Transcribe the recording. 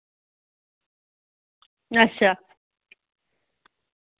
अच्छा